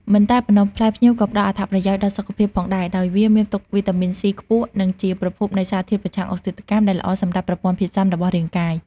មិនតែប៉ុណ្ណោះ ផ្លែផ្ញៀវក៏ផ្តល់អត្ថប្រយោជន៍ដល់សុខភាពផងដែរ ដោយវាមានផ្ទុកវីតាមីន C ខ្ពស់ និងជាប្រភពនៃសារធាតុប្រឆាំងអុកស៊ីតកម្ម ដែលល្អសម្រាប់ប្រព័ន្ធភាពស៊ាំរបស់រាងកាយ។